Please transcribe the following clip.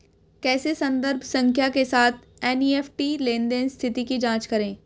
कैसे संदर्भ संख्या के साथ एन.ई.एफ.टी लेनदेन स्थिति की जांच करें?